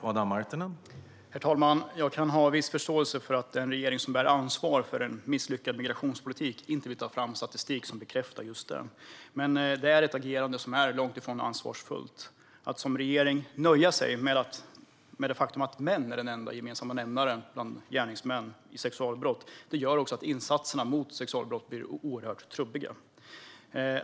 Herr talman! Jag kan ha viss förståelse för att en regering som bär ansvar för en misslyckad migrationspolitik inte vill ta fram statistik som bekräftar just det, men detta är ett agerande som långt ifrån är ansvarsfullt. Att som regering nöja sig med det faktum att män är den enda gemensamma nämnaren bland gärningsmännen vid sexualbrott gör också att insatserna mot sexualbrott blir oerhört trubbiga.